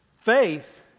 faith